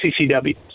CCW